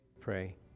Pray